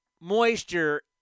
moisture